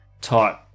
type